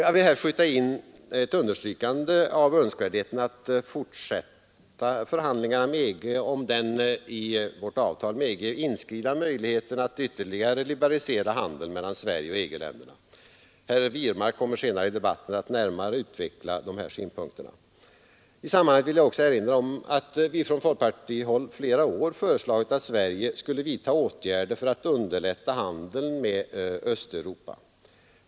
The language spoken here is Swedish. Jag vill här skjuta in ett understrykande av önskvärdheten att fortsätta förhandlingar med EG om den i vårt avtal med EG inskrivna möjligheten att ytterligare liberalisera handeln mellan Sverige och EG-länderna. Herr Wirmark kommer senare i debatten att närmare utveckla dessa synpunkter. I sammanhanget vill jag erinra om att vi från folkpartihåll under flera år har föreslagit att Sverige skulle vidta åtgärder för att underlätta handeln med Östeuropa.